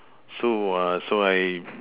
so uh so I